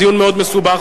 דיון מאוד מסובך,